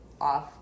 off